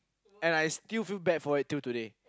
and I still feel bad for it till today